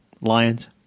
lions